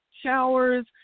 showers